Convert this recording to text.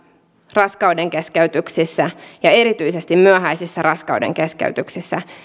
raskaudenkeskeytyksissä ja erityisesti myöhäisissä raskaudenkeskeytyksissä